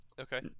okay